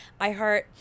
iHeart